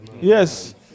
Yes